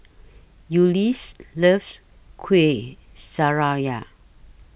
Ulises loves Kuih